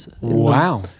Wow